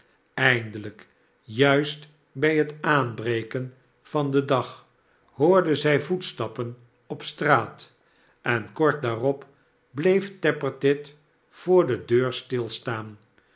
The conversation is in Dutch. eindelijk juist bij het aanbreken van den dag hoorde zij voettappen op straat en kort daarop bleef tappertit voor de deur stilstaan